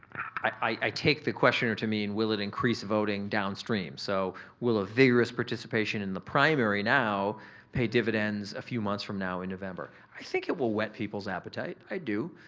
i take the questioner to mean will it increase voting downstream? so, will a vigorous participation in the primary now pay dividends a few months from now in november? i think it will whet people's appetite, i do.